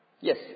Yes